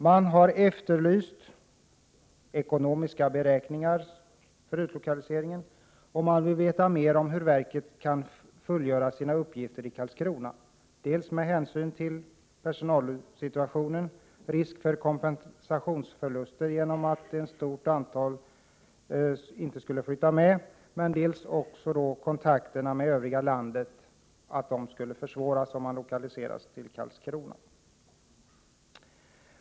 Man har efterlyst ekonomiska beräkningar för utlokaliseringen, och man vill veta mer om hur verket kan fullgöra sina uppgifter i Karlskrona, dels med hänsyn till personalsituationen och risken för kompetensförluster då ett stort antal personer inte flyttar med, dels med avseende på att kontakterna med övriga landet skulle försvåras.